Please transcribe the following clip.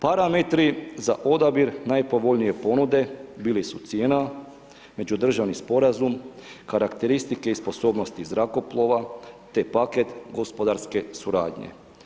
Parametri za odabir najpovoljnije ponude bili su cijena, međudržavni sporazum, karakteristike i sposobnosti zrakoplova te paket gospodarske suradnje.